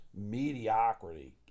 Mediocrity